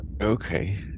Okay